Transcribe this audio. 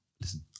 Listen